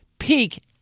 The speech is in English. peak